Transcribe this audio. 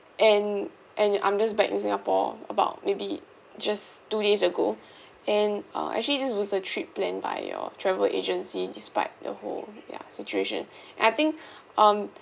and and I'm just back in singapore about maybe just two days ago and uh actually this was a trip planned by your travel agency despite the whole ya situation and I think um